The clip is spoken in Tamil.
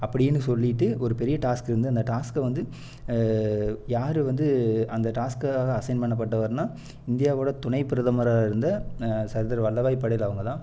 அப்படினு சொல்லிவிட்டு ஒரு பெரிய டாஸ்க் இருந்துது அந்த டாஸ்க்கை வந்து யார் வந்து அந்த டாஸ்க்காக அசைன் பண்ணப்பட்டவர்னா இந்தியாவோட துணை பிரதமராக இருந்த சர்தார் வல்லபாய் படேல் அவங்கதான்